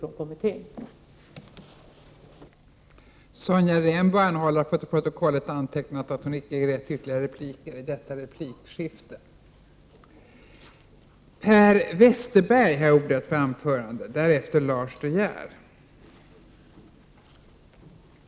Debatten om arbetsmarknad var härmed avslutad. Kammaren övergick till att debattera näringspolitik.